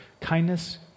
kindness